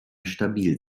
stabil